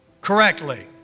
correctly